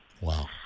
Wow